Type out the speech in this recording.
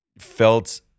felt